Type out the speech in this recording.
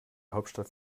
hauptstadt